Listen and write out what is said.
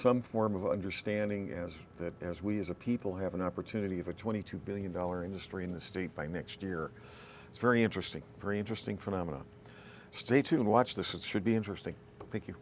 some form of understanding as that as we as a people have an opportunity of a twenty two billion dollar industry in this state by next year it's very interesting very interesting phenomenon stay tuned watch this it should be interesting thank you